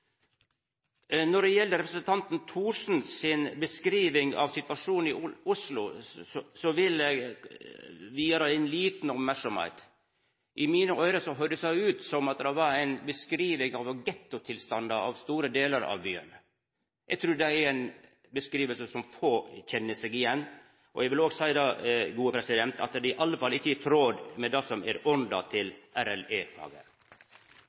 Når det gjeld representanten Thorsens beskriving av situasjonen i Oslo, vil eg via det litt merksemd. I mine øyro høyrdest det ut som ei beskriving av gettotilstandar i store delar av byen. Eg trur det er ei beskriving få kjenner seg igjen i. Eg vil òg seia at det i alle fall ikkje er i tråd med det som ånda til RLE-faget. Det har vært en hyggelig debatt, dette også. Det er